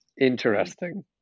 interesting